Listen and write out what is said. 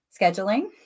scheduling